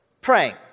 praying